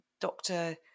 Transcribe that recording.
doctor